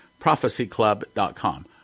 prophecyclub.com